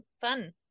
fun